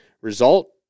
Result